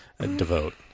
Devote